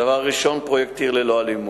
הדבר הראשון: פרויקט "עיר ללא אלימות".